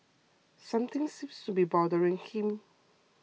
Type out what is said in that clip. something seems to be bothering him